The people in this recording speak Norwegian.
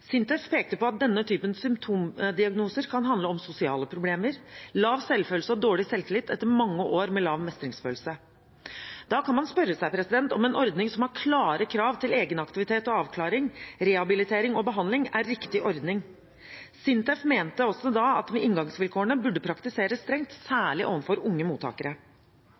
SINTEF pekte på at denne typen symptomdiagnoser kan handle om sosiale problemer, lav selvfølelse og dårlig selvtillit etter mange år med lav mestringsfølelse. Da kan man spørre seg om en ordning som har klare krav til egenaktivitet og avklaring, rehabilitering og behandling, er riktig ordning. SINTEF mente også at inngangsvilkårene burde praktiseres strengt, særlig overfor unge mottakere.